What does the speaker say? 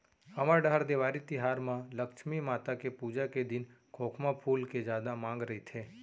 हमर डहर देवारी तिहार म लक्छमी माता के पूजा के दिन खोखमा फूल के जादा मांग रइथे